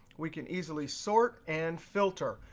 we can easily sort and filter,